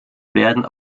werden